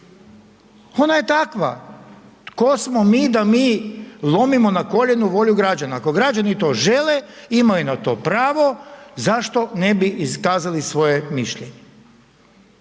Ona je takva. Tko smo mi da mi lomimo na koljenu volju građana. Ako građani to žele, imaju na to pravo, zašto ne bi iskazali svoje mišljenje?